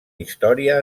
història